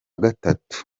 gatatu